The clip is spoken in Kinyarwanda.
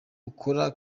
ukora